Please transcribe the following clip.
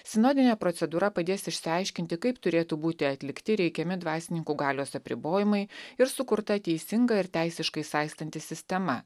sinodinė procedūra padės išsiaiškinti kaip turėtų būti atlikti reikiami dvasininkų galios apribojimai ir sukurta teisinga ir teisiškai saistanti sistema